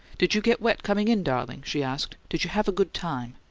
did you get wet coming in, darling? she asked. did you have a good time?